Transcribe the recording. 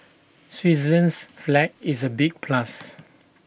Switzerland's flag is A big plus